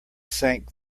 sank